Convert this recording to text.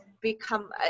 become